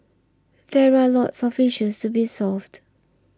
there are lots of issues to be solved